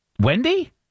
Wendy